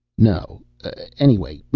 no anyway,